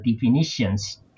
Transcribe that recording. definitions